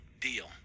deal